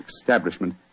establishment